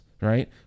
Right